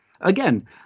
Again